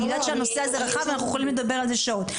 אני יודעת שהנושא הזה רחב ואנחנו יכולים לדבר על זה שעות.